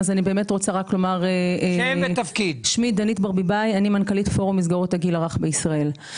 אני מנכ"לית פורום מסגרות הגיל הרך בישראל.